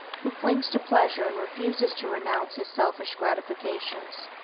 who clings to pleasure and refuses to renounce his selfish gratifications,